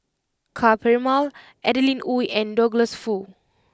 Ka Perumal Adeline Ooi and Douglas Foo